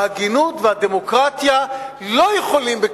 ההגינות והדמוקרטיה לא יכולים לעבור